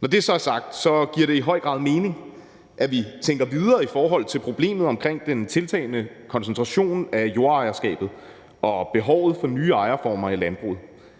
Når det så er sagt, giver det i høj grad mening, at vi tænker videre i forhold til problemet om den tiltagende koncentration af jordejerskabet og behovet for nye ejerformer i landbruget.